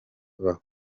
vuba